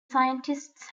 scientists